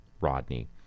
Rodney